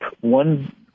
One